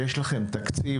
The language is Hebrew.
יש לכם תקציב,